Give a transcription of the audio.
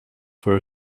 for